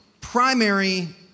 primary